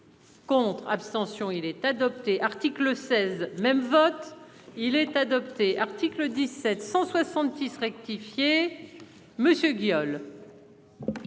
Compte. Abstention il est adopté. Article 16 même vote il est adopté. Article 1766 rectifié Monsieur Guillaume.